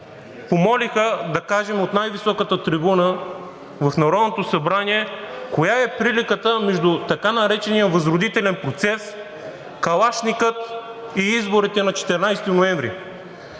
помолиха да кажем от най-високата трибуна в Народното събрание коя е приликата между така наречения Възродителен процес, калашника и изборите на 14 ноември?